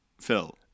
Phil